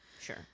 Sure